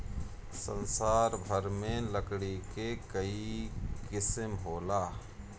संसार भर में लकड़ी के कई किसिम होला